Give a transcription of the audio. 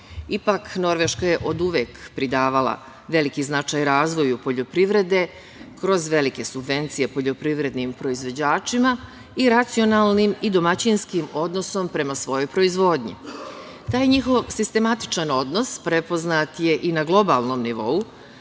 Ipak, Norveška je oduvek pridavala veliki značaj razvoju poljoprivrede kroz velike subvencije poljoprivrednim proizvođačima i racionalnim i domaćinskim odnosnom prema svojoj proizvodnji. Taj njihov sistematičan odnos prepoznat je i na globalnom nivou,